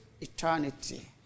eternity